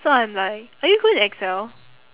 so I'm like are you good in Excel